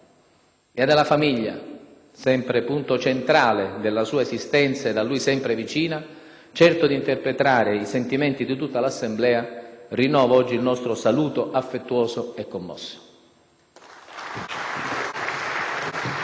Ed alla famiglia, sempre punto centrale della sua esistenza e a lui sempre vicina, certo di interpretare i sentimenti di tutta l'Assemblea, rinnovo oggi il nostro saluto affettuoso e commosso.